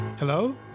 Hello